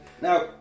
Now